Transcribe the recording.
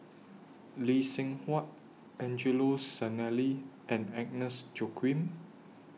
Lee Seng Huat Angelo Sanelli and Agnes Joaquim